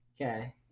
Okay